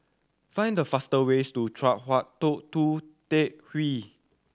find the fastest ways to Chong Hua Tong Tou Teck Hwee